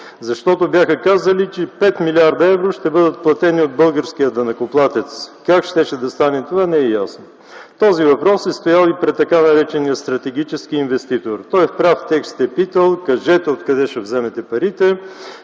защото бяха казали, че 5 млрд. евро ще бъдат платени от българския данъкоплатец. Как щеше да стане това, не е ясно. Този въпрос е стоял и пред така наречения стратегически инвеститор. Той в прав текст е питал: „Кажете откъде ще вземете парите”.